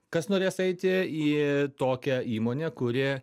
kas norės eiti į tokią įmonę kuri